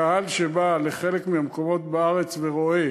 הקהל שבא לחלק מהמקומות בארץ ורואה